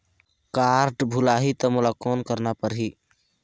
Card भुलाही ता मोला कौन करना परही?